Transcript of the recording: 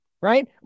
Right